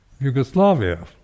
Yugoslavia